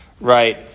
right